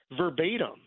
verbatim